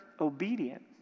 obedient